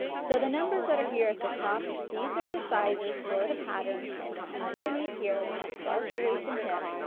so the numbers that are here at the top, these are the sizes for the pattern and then underneath here we are have bust, waist and hip.